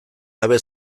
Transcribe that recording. gabe